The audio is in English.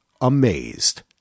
amazed